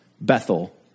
Bethel